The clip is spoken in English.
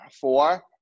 Four